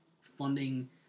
funding